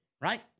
right